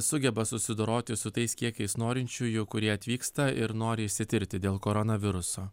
sugeba susidoroti su tais kiekiais norinčiųjų kurie atvyksta ir nori išsitirti dėl koronaviruso